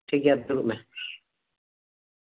ᱴᱷᱤᱠᱜᱮᱭᱟ ᱫᱩᱲᱩᱵ ᱢᱮ